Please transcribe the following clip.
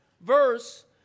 verse